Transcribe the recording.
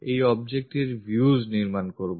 এই object এর views নির্মাণ করব